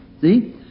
See